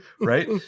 right